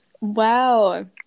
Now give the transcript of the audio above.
Wow